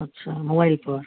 अच्छा मोबाईल पर